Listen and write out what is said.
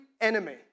enemy